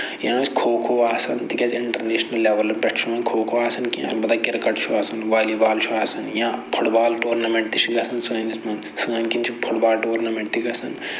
یا اَسہِ کھو کھو آسان تِکیازِ اِنٹرنٮ۪شنَل لٮ۪ولہِ پٮ۪ٹھ چھُنہٕ وۄنۍ کھو کھو آسان کیٚنہہ مطلب کِرکَٹ چھُ آسان والی بال چھُ آسان یا فُٹ بال ٹورنَمٮ۪نٹ تہِ چھُ گژھان سٲنۍ کِنۍ چھُ فُت بال ٹورنَمٮ۪نٹ تہِ گژھان